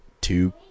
two